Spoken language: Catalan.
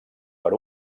per